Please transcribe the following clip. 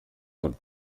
for